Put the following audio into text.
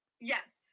Yes